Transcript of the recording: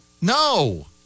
No